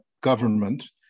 government